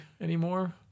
anymore